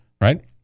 right